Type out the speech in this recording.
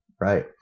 right